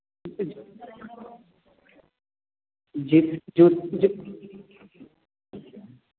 जी जूता जी